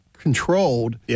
controlled